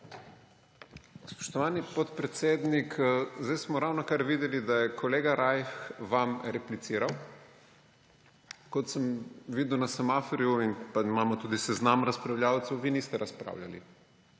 zdaj smo ravnokar videli, da je kolega Rajh vam repliciral. Kot sem videl na semaforju in imamo tudi seznam razpravljavcev, vi niste razpravljali.